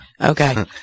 Okay